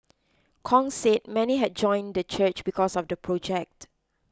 Kong said many had joined the church because of the project